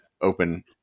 open